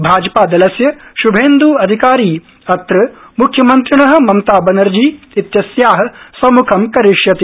भाजपादलस्य शुभेन्द् अधिकारी अत्र मुख्यमन्त्रिण ममता बनर्जी इत्यस्या सम्मुखं करिष्यति